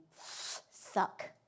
suck